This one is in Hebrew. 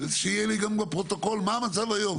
שיהיה לי גם בפרוטוקול מה המצב היום.